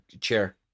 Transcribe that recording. chair